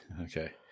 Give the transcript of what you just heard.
Okay